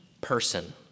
person